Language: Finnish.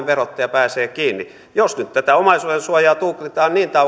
verottaja pääsee siitä kiinni jos nyt tätä omaisuudensuojaa tulkitaan niin